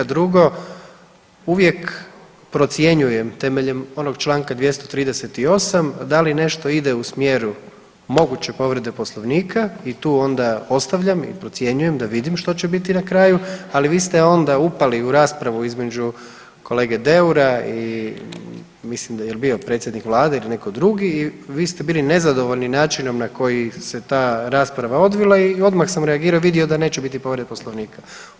Drugo, uvijek procjenjujem temeljem onog Članka 238. da li nešto ide u smjeru moguće povrede Poslovnika i tu onda ostavljam i procjenjujem da vidim što će biti na kraju, ali vi ste onda upali u raspravu između kolege Deura i mislim da jel bio predsjednik vlade ili netko drugi i vi ste bili nezadovoljni načinom na koji se ta rasprava odvila i odmah sam reagirao vidio da neće biti povreda Poslovnika.